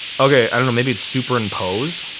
okay i don't know, maybe it's superimpose.